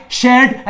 shared